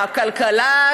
הכלכלה,